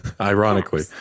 ironically